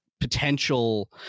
potential